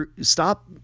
stop